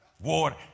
water